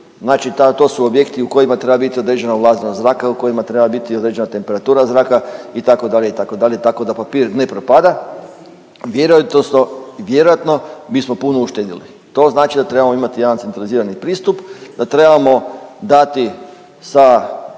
Znači ta, to su objekti u kojima treba biti određena vlažnost zraka, u kojima treba biti određena temperatura zraka itd., itd., tako da papir ne propada, vjerojatno bismo puno uštedili. To znači da trebamo imati jedan centralizirani pristup, da trebamo dati sa